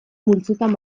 multzotan